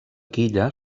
quilla